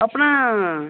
அப்பனா